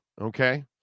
okay